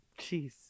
jeez